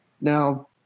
Now